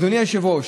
אדוני היושב-ראש,